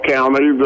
County